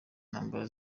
ntambara